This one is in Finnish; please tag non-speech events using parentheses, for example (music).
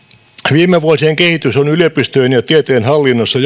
viime vuosien kehitys on yliopistojen ja tieteen hallinnossa (unintelligible)